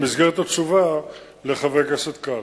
במסגרת התשובה לחבר הכנסת כץ,